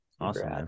Awesome